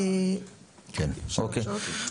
אוקיי.